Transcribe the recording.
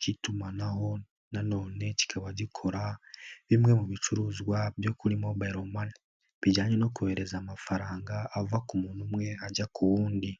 k'itumanaho na none kikaba gikora bimwe mu bicuruzwa byo kuri mobayiro mani bijyanye no kohereza amafaranga ava ku muntu umwe ajya ku wundi.